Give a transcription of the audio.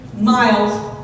miles